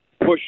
push